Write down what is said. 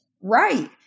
right